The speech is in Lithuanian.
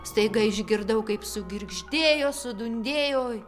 staiga išgirdau kaip sugirgždėjo sudundėjo